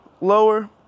lower